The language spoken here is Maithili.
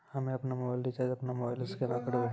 हम्मे आपनौ मोबाइल रिचाजॅ आपनौ मोबाइल से केना करवै?